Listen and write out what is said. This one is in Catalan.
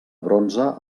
bronze